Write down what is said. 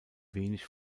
wenig